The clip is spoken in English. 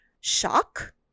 shock